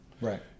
Right